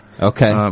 Okay